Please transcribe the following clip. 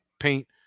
paint